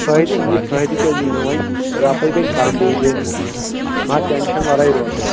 فأیِدٕ یی فأیِدٕ کیٛازِ یی نہٕ وۄنۍ رۄپے زینہِ کم بیٚیہِ گٔے نہٕ کیٚنٛہہ مگر ٹٮ۪نشن ورأے روزو